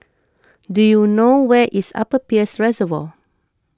do you know where is Upper Peirce Reservoir